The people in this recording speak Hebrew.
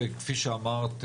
וכפי שאמרת,